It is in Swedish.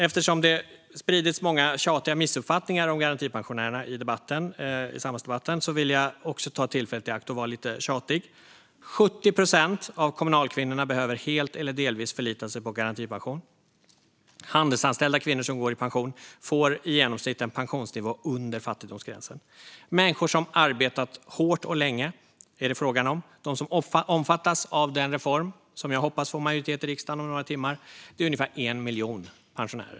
Eftersom det har spridits så många tjatiga missuppfattningar om garantipensionärerna i samhällsdebatten vill jag också ta tillfället i akt att vara lite tjatig. 70 procent av Kommunalkvinnorna behöver helt eller delvis förlita sig på garantipension. Handelsanställda kvinnor som går i pension får i genomsnitt en pensionsnivå under fattigdomsgränsen. Det är frågan om människor som arbetat hårt och länge. Ungefär 1 miljon pensionärer i Sverige omfattas av den reform som jag hoppas får majoritet i riksdagen om några timmar.